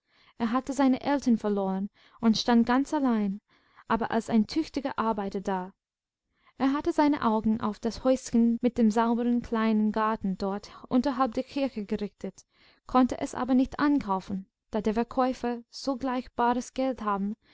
er hatte seine eltern verloren und stand ganz allein aber als ein tüchtiger arbeiter da er hatte seine augen auf das häuschen mit dem sauberen kleinen garten dort unterhalb der kirche gerichtet konnte es aber nicht ankaufen da der verkäufer sogleich bares geld haben